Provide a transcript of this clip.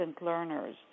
learners